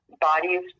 bodies